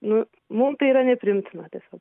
nu mum tai yra nepriimtina tiesiog